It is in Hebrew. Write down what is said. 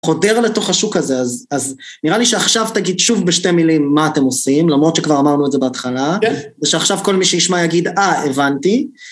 חודר לתוך השוק הזה, אז נראה לי שעכשיו תגיד שוב בשתי מילים מה אתם עושים, למרות שכבר אמרנו את זה בהתחלה, ושעכשיו כל מי שישמע יגיד, אה, הבנתי